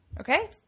Okay